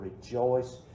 rejoice